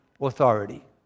authority